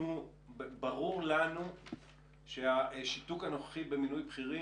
ברור לנו שהשיתוק הנוכחי במינוי בכירים,